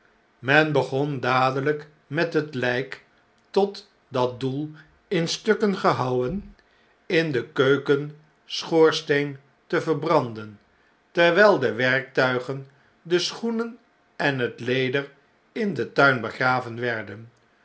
maakte menbegon dadelijk met het lijk tot dat doel in stukken gehouwen in den keukenschoorsteen te verbranden terwgl de werktuigen de schoenen en het leder in den tuin begraven werden